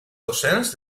docents